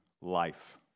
life